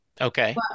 Okay